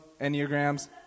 enneagrams